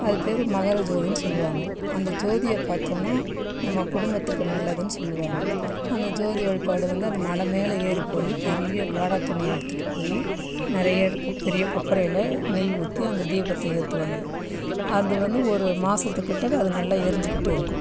அது பேர் மகரஜோதினு சொல்லுவாங்க அந்த ஜோதியை பார்த்தோன்னா நம்ம குடும்பத்துக்கு நல்லதுன்னு சொல்லுவாங்க அந்த ஜோதி வழிபாடு வந்து அந்த மலை மேலே ஏறி போய் பெரிய காடா துணியை எடுத்துகிட்டு போய் நிறைய இருக்குது பெரிய கொப்பரையில் நெய் ஊற்றி அந்த தீபத்தை ஏற்றுவாங்க அது வந்து ஒரு மாதத்துக்கிட்டக்க அது நல்லா எரிஞ்சுக்கிட்டு இருக்கும்